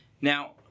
Now